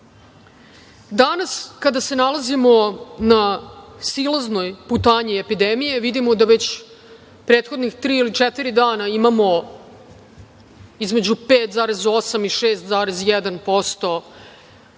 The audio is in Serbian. kada se nalazimo na silaznoj putanji epidemije, vidimo da već prethodnih tri ili četiri dana imamo između 5,8% i 6,1%